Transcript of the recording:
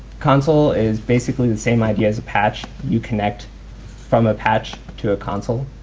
console is basically the same idea as a patch. you connect from a patch to a console.